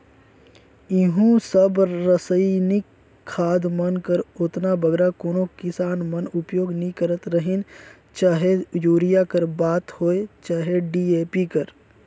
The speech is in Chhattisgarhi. इहों सब रसइनिक खाद मन कर ओतना बगरा कोनो किसान मन उपियोग नी करत रहिन चहे यूरिया कर बात होए चहे डी.ए.पी कर